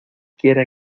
quiera